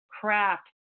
craft